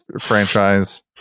franchise